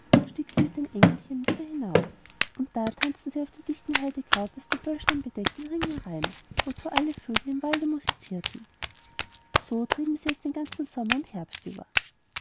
stieg sie mit den engelein wieder herauf und da tanzten sie auf dem dichten heidekraut das den böllstein bedeckt den ringelreihen wozu alle vögel im walde musizierten so trieben sie es den ganzen sommer und herbst über